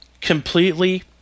completely